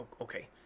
okay